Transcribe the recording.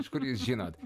iš kur jūs žinot